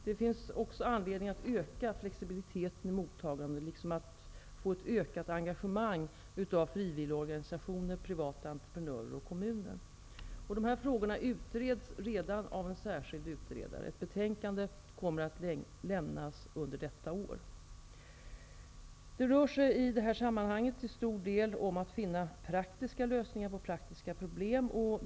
Det finns också anledning att öka flexibiliteten i mottagandet liksom att få ett ökat engagemang av frivilligorganisationer, privata entreprenörer och kommuner. Dessa frågor utreds redan av en särskild utredare. Betänkandet kommer att lämnas under året. Det rör sig i detta sammanhang till stor del om att finna praktiska lösningar på praktiska problem.